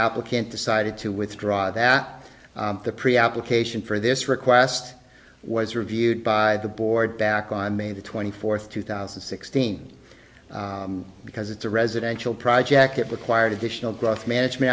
applicant decided to withdraw that the pre application for this request was reviewed by the board back on may twenty fourth two thousand and sixteen because it's a residential project that required additional growth management